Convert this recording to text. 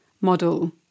model